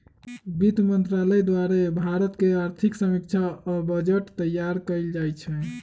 वित्त मंत्रालय द्वारे भारत के आर्थिक समीक्षा आ बजट तइयार कएल जाइ छइ